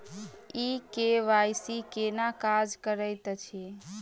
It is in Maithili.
ई के.वाई.सी केना काज करैत अछि?